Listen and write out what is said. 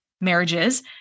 marriages